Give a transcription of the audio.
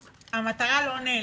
המטרה לא נעלמה.